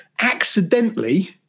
accidentally